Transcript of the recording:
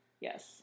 Yes